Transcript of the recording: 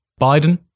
Biden